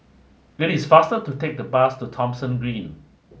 it is faster to take the bus to Thomson Green